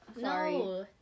No